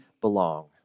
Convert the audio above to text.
belong